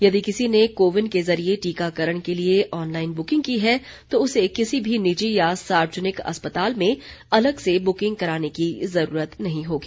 यदि किसी ने को विन के जरिए टीकाकरण के लिए ऑनलाइन बुकिंग की है तो उसे किसी भी निजी या सार्वजनिक अस्पताल में अलग से बुकिंग कराने की जरूरत नहीं होगी